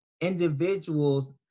individuals